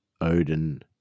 Odin